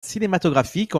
cinématographique